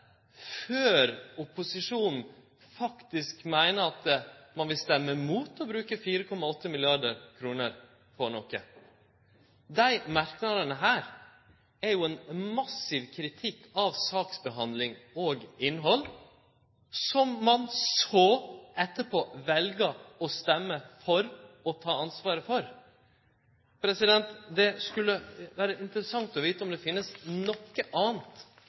før opposisjonen faktisk meiner at dei vil stemme imot å bruke 4,8 mrd. kr? Desse merknadene er jo ein massiv kritikk av saksbehandling og innhald, som ein så etterpå vel å stemme for og ta ansvaret for. Det skulle vere interessant å vite om det er noko anna